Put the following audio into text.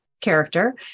character